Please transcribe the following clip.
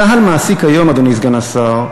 צה"ל מעסיק היום, אדוני סגן השר,